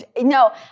no